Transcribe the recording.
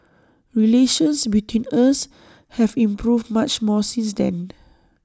relations between us have improved much more since then